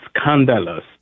scandalous